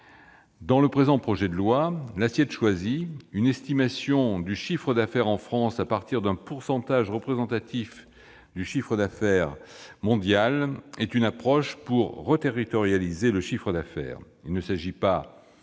Dans le présent projet de loi, l'assiette choisie, une estimation du chiffre d'affaires réalisé en France à partir d'un pourcentage représentatif du chiffre d'affaires mondial, vise à reterritorialiser le chiffre d'affaires.